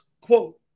quote